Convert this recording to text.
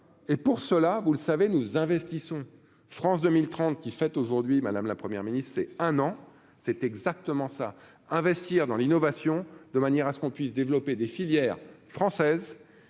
et pour cela, vous le savez, nous investissons, France 2030, qui fait aujourd'hui Madame la première ministre ou c'est un an, c'est exactement ça : investir dans l'innovation, de manière à ce qu'on puisse développer des filières françaises